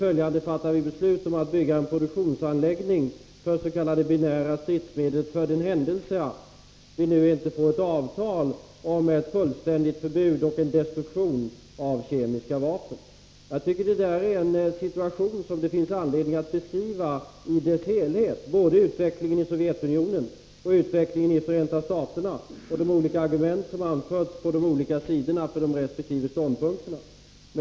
Man fattar därför beslut om att bygga en produktionsanläggning för s.k. binära stridsmedel, för den händelse att ett avtal om ett fullständigt förbud mot och destruktion av kemiska vapen inte skulle komma till stånd. Jag tycker att detta är en situation som det finns anledning att beskriva i dess helhet, både när det gäller utvecklingen i Sovjetunionen och i Förenta staterna och även när det gäller vilka argument som anförts på de olika sidorna för resp. ståndpunkter.